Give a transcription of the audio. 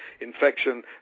infection